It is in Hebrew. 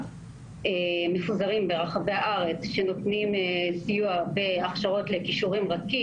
שמפוזרים ברחבי הארץ ונותנים סיוע בהכשרות לכישורים רכים,